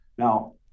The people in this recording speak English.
Now